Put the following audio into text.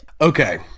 Okay